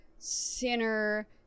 Sinner